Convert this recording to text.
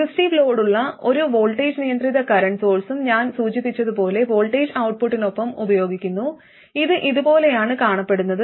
resistive ലോഡുള്ള ഒരു voltage നിയന്ത്രിത കറന്റ് സോഴ്സും ഞാൻ സൂചിപ്പിച്ചതുപോലെ വോൾട്ടേജ് ഔട്ട്പുട്ടിനൊപ്പം ഉപയോഗിക്കുന്നു ഇത് ഇതുപോലെയാണ് കാണപ്പെടുന്നത്